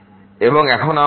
এবং এখন আমরা Δx → 0 তে যায়